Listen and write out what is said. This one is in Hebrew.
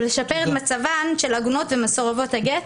ולשפר את מצבן של עגונות ומסורבות הגט,